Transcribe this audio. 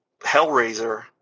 Hellraiser